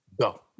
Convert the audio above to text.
Go